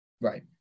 Right